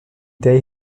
day